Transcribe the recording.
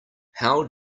how